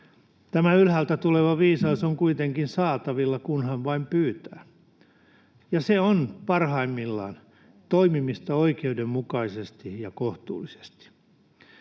Tämä ylhäältä tuleva viisaus on kuitenkin saatavilla, kunhan vain pyytää, ja se on parhaimmillaan toimimista oikeudenmukaisesti ja kohtuullisesti.